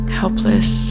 helpless